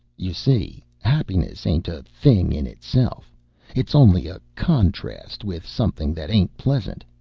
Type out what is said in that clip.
you see, happiness ain't a thing in itself it's only a contrast with something that ain't pleasant.